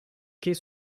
quais